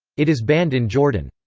it is banned in jordan.